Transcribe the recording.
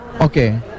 okay